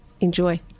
enjoy